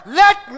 let